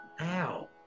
Ow